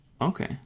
okay